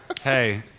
Hey